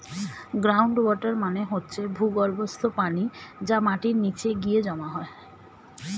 ground water মানে হচ্ছে ভূগর্ভস্থ পানি যা মাটির নিচে গিয়ে জমা হয়